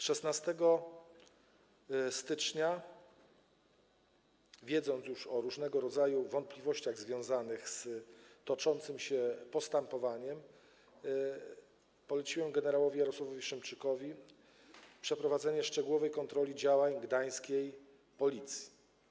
16 stycznia, wiedząc już o różnego rodzaju wątpliwościach związanych z toczącym się postępowaniem, poleciłem gen. Jarosławowi Szymczykowi przeprowadzenie szczegółowej kontroli działań gdańskiej Policji.